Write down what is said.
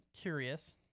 curious